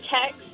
text